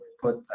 put